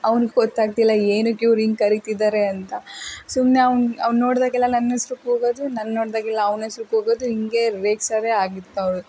ಅವ್ನಿಗೆ ಗೊತ್ತಾಗ್ತಿಲ್ಲ ಏನಕ್ಕೆ ಇವ್ರು ಹಿಂಗೆ ಕರಿತಿದ್ದಾರೆ ಅಂತ ಸುಮ್ಮನೆ ಅವ್ನು ಅವ್ನು ನೋಡಿದಾಗಲೆಲ್ಲ ನನ್ನ ಹೆಸ್ರು ಕೂಗೋದು ನನ್ನ ನೋಡಿದಾಗಲೆಲ್ಲ ಅವನ ಹೆಸ್ರು ಕೂಗೋದು ಹೀಗೇ ರೇಗಿಸೋದೇ ಆಗಿತ್ತು ಅವ್ರ್ದು